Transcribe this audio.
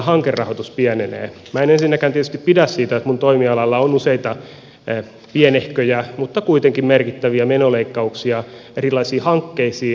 minä en ensinnäkään tietysti pidä siitä että minun toimialallani on useita pienehköjä mutta kuitenkin merkittäviä menoleikkauksia erilaisiin hankkeisiin